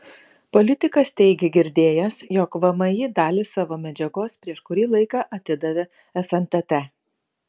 politikas teigė girdėjęs jog vmi dalį savo medžiagos prieš kurį laiką atidavė fntt